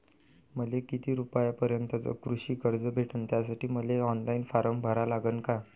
मले किती रूपयापर्यंतचं कृषी कर्ज भेटन, त्यासाठी मले ऑनलाईन फारम भरा लागन का?